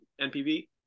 NPV